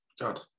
God